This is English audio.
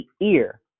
ear